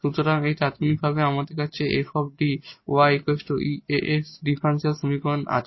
সুতরাং এটি তাত্ক্ষণিকভাবে আমার কাছে 𝑓𝐷𝑦 𝑒 𝑎𝑥 ডিফারেনশিয়াল সমীকরণ আছে